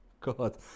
God